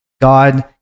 God